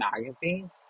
magazine